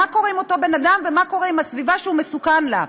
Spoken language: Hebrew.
מה קורה עם אותו בן-אדם ומה קורה עם הסביבה שהוא מסוכן לה,